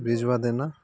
भिजवा देना